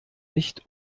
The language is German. nicht